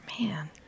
man